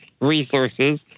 resources